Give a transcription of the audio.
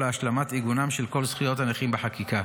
להשלמת עיגונן של כל זכויות הנכים בחקיקה.